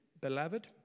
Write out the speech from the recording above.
Beloved